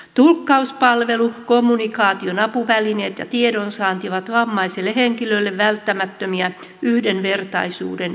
tulkkauspalvelut kommunikaation apuvälineet ja tiedonsaanti ovat vammaiselle henkilölle välttämättömiä yhdenvertaisuuden osatekijöitä